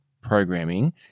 programming